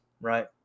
right